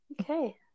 okay